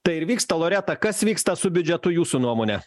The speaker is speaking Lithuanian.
tai ir vyksta loreta kas vyksta su biudžetu jūsų nuomone